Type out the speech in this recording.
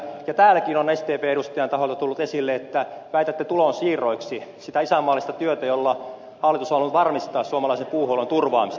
täälläkin on sdpn edustajan taholta tullut esille että väitätte tulonsiirroiksi sitä isänmaallista työtä jolla hallitus on halunnut varmistaa suomalaisen puuhuollon turvaamisen